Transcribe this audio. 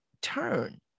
turn